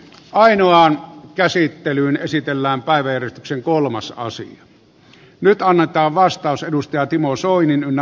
ainoan käsittelyyn esitellään päiväjärjestyksen kolmas aasin nyt annetaan vastaus timo soinin ynnä muuta